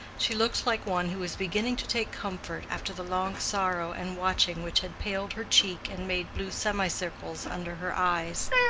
she looked like one who was beginning to take comfort after the long sorrow and watching which had paled her cheek and made blue semicircles under her eyes.